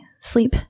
sleep